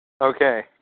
Okay